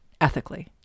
ethically